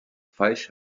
falsch